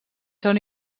són